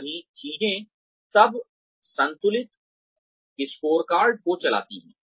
ये सभी चीजें तब संतुलित स्कोरकार्ड को चलाती हैं